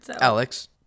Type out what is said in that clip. Alex